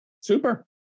Super